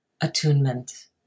attunement